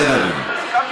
בסדר גמור.